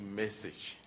message